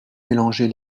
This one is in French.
mélanger